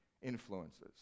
influences